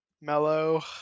Mellow